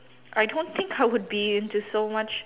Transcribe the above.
I don't think I would be into so much